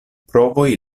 provoj